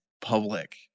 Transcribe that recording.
public